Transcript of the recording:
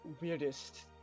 weirdest